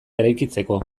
eraikitzeko